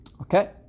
okay